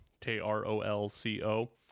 K-R-O-L-C-O